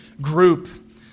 group